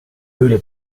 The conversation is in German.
höhle